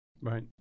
Right